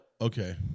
Okay